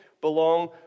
belong